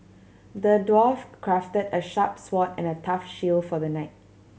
the dwarf crafted a sharp sword and a tough shield for the knight